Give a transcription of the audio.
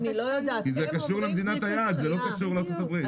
כי זה קשור למדינת היעד, זה לא קשור לארצות הברית.